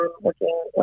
working